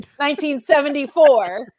1974